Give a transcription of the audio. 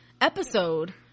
episode